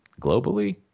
globally